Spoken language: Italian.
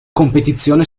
competizione